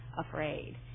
afraid